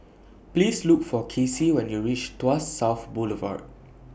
Please Look For Kasey when YOU REACH Tuas South Boulevard